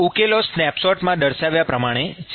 ઉકેલો સ્નેપશોટમાં દર્શાવ્યા પ્રમાણે છે